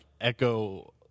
echo